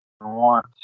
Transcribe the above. want